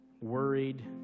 worried